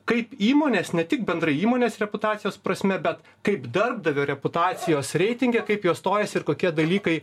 kaip įmonės ne tik bendrai įmonės reputacijos prasme bet kaip darbdavio reputacijos reitinge kaip jos stojasi ir kokie dalykai